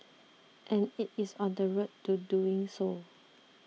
and it is on the road to doing so